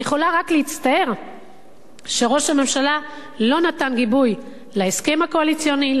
אני יכולה רק להצטער שראש הממשלה לא נתן גיבוי להסכם הקואליציוני,